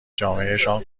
جامعهشان